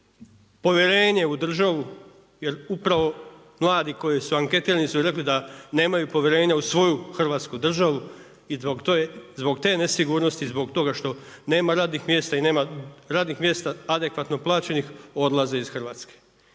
povjerenje u državu, jer upravo mladi koji su anketirani, su rekli da nemaju povjerenja u svoju Hrvatsku državu i zbog te nesigurnosti, zbog toga što nema radnih mjesta i nema radnih mjesta adekvatno plaćenih odlaze iz Hrvatske.